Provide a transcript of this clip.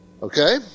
Okay